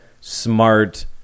smart